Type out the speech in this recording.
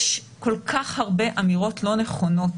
יש כל כך הרבה אמירות לא נכונות,